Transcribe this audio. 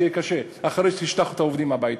זה יהיה קשה אחרי שתשלח את העובדים הביתה.